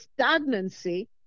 stagnancy